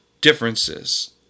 differences